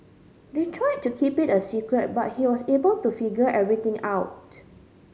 they tried to keep it a secret but he was able to figure everything out